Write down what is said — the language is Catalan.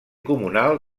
comunal